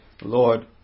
Lord